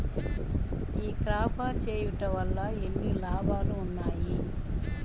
ఈ క్రాప చేయుట వల్ల ఎన్ని లాభాలు ఉన్నాయి?